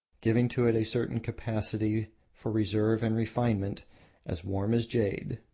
giving to it a certain capacity for reserve and refinement as warm as jade.